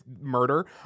murder